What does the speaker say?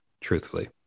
truthfully